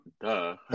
Duh